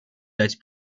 дать